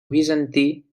bizantí